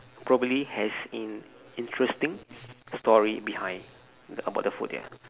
probably has an interesting story behind the about the food ya